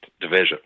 division